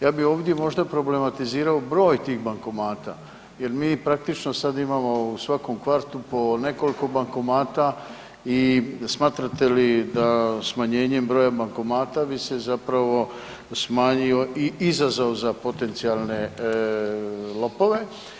Ja bih ovdje možda problematizirao broj tih bankomata jer mi praktično sada imamo u svakom kvartu po nekoliko bankomata i smatrate li da smanjenjem broja bankomata bi se zapravo smanjio i izazov za potencijalne lopove?